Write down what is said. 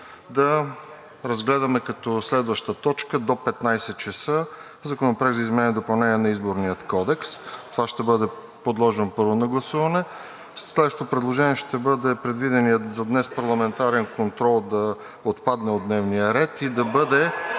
да разгледаме като следваща точка до 15,00 часа Законопроекта за изменение и допълнение на Изборния кодекс. Това ще бъде подложено, първо, на гласуване. Следващото предложение ще бъде предвиденият за днес парламентарен контрол да отпадне от дневния ред и да бъде